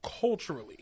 Culturally